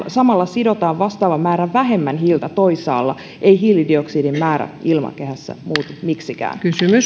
samalla sidotaan vastaava määrä vähemmän hiiltä toisaalla ei hiilidioksidin määrä ilmakehässä muutu miksikään